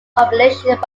compilation